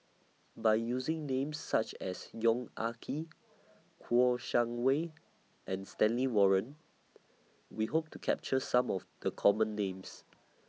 By using Names such as Yong Ah Kee Kouo Shang Wei and Stanley Warren We Hope to capture Some of The Common Names